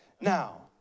Now